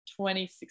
2016